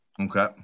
Okay